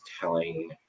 telling